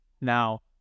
now